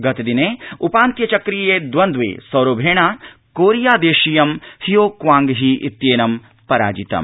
गतदिने उपान्त्यचक्रीये दवन्दवे सौरभेण कोरिया देशीयं हियो क्वांग ही इत्येनं पराजितम्